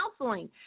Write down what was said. counseling